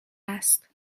است